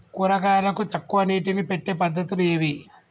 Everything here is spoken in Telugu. కూరగాయలకు తక్కువ నీటిని పెట్టే పద్దతులు ఏవి?